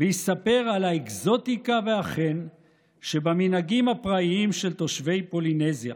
ויספר על האקזוטיקה והחן שבמנהגים הפראיים של תושבי פולינזיה,